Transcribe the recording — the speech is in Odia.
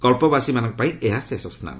କଚ୍ଚବାସୀମାନଙ୍କ ପାଇଁ ଏହା ଶେଷ ସ୍ୱାନ